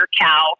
cow